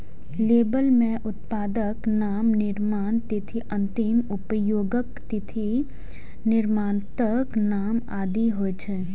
label मे उत्पादक नाम, निर्माण तिथि, अंतिम उपयोगक तिथि, निर्माताक नाम आदि होइ छै